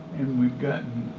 we've gotten.